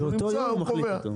באותו יום הוא קובע.